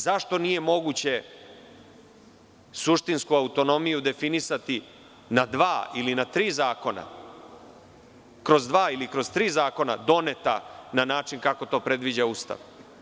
Zašto nije moguće suštinsku autonomiju definisati kroz dva ili tri zakona doneta na način kako to predviđa Ustav?